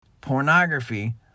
Pornography